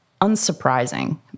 unsurprising